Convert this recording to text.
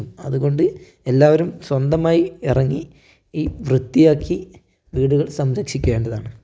അത്കൊണ്ട് എല്ലാവരും സ്വന്തമായി ഇറങ്ങി വൃത്തിയാക്കി വീടുകൾ സംരക്ഷിക്കേണ്ടതാണ്